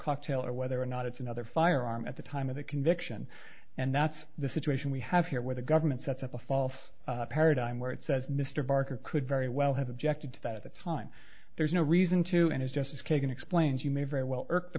cocktail or whether or not it's another firearm at the time of the conviction and that's the situation we have here where the government sets up a false paradigm where it says mr barker could very well have objected to that at the time there's no reason to and as justice kagan explains you may very well